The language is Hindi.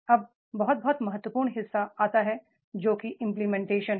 अब बहुत बहुत महत्वपूर्ण हिस्सा आता है जोकि इंप्लीमेंटेशन है